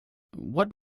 what